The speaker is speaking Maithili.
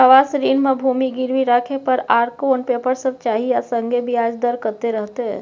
आवास ऋण म भूमि गिरवी राखै पर आर कोन पेपर सब चाही आ संगे ब्याज दर कत्ते रहते?